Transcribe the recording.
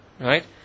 right